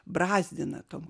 brazdina tom